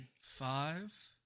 five